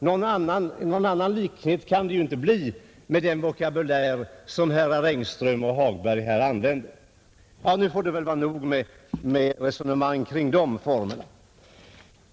Det måste ju bli resultatet med den vokabulär som herrar Engström och Hagberg använder. Men nu får det vara nog med resonemang kring de formerna.